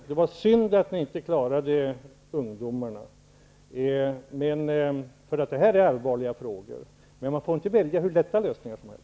Det var synd att ni inte klarade ungdomarna -- det här är allvarliga frågor. Men man får inte välja hur lätta lösningar som helst.